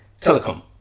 Telecom